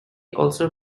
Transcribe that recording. also